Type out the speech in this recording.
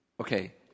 Okay